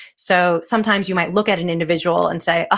so sometimes you might look at an individual and say, ah